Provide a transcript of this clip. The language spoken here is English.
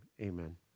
Amen